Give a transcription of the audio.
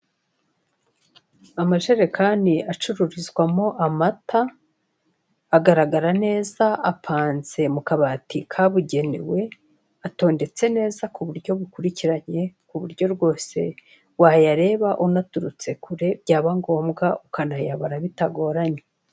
Amajerekani acururizwamo amata agaragara neza apanze mu kabati kabugenewe, atondetse neza ku buryo bukurikiranye kuburyo rwose wayareba unaturutse kure byaba ngombwa ukayabara bitagoranye.